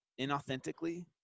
inauthentically